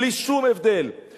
בלי שום הבדל.